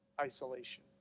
isolation